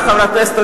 מעולם לא הקפיאו